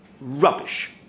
rubbish